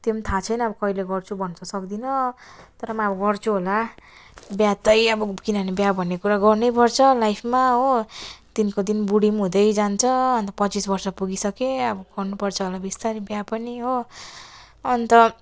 त्यो पनि थाहा छैन अब कहिले गर्छु भन्न सक्दिनँ तर म अब गर्छु होला बिहा चाहिँ अब किनभने बिहा भन्ने कुरा गर्नैपर्छ लाइफमा हो दिनको दिन बुढी पनि हुँदैजान्छ अन्त पच्चिस वर्ष पुगिसकेँ अब गर्नुपर्छ होला बिस्तारै बिहा पनि हो अन्त